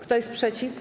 Kto jest przeciw?